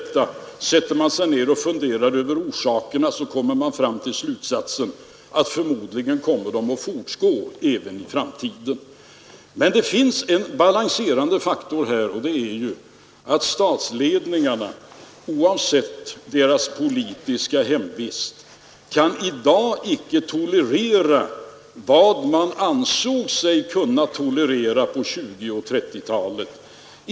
Om man sätter sig ned och funderar över orsakerna till detta, så kommer man fram till att kriser förmodligen kommer att uppstå även i framtiden. Men där finns det en balanserande faktor, nämligen den att statsledningarna i dag, oavsett politiskt hemvist, inte kan tolerera vad man ansåg sig kunna tolerera på 1920 och 1930-talen.